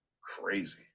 crazy